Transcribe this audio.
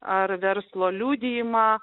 ar verslo liudijimą